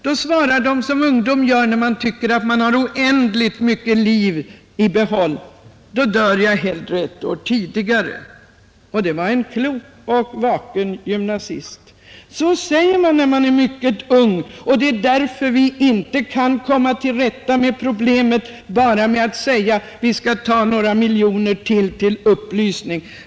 Vederbörande, som väl tyckte sig ha oändligt mycket liv framför sig, gav följande svar: Då dör jag hellre ett år tidigare. Det var ändå fråga om en eljest klok och vaken gymnasist, men så resonerar man när man är mycket ung. Det är därför vi inte kan komma till rätta med problemet genom att anslå ytterligare några miljoner till upplysning.